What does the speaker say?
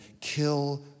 Kill